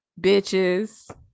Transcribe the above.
Bitches